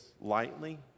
lightly